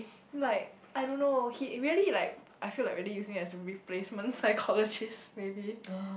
like I don't know he really like I feel like really using as a replacement psychology maybe